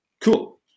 cool